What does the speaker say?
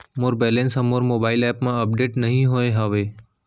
मोर balance हा मोर mobile app मा अपडेट नहीं होय हवे